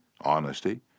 honesty